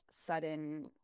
sudden